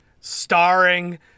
starring